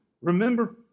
remember